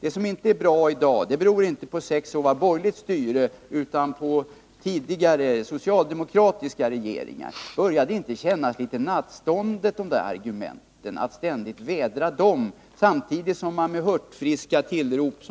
det som inte är bra i dag beror inte på sex år av borgerligt styre utan på tidigare socialdemokratiska regeringar. Börjar inte de där argumenten att kännas litet nattståndna? Samtidigt som man vädrar dessa argument kommer man med hurtfriska tillrop.